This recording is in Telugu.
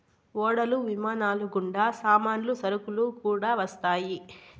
ఓడలు విమానాలు గుండా సామాన్లు సరుకులు కూడా వస్తాయి